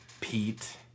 Pete